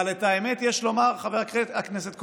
אבל את האמת יש לומר, חבר הכנסת קרויזר,